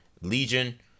legion